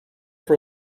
for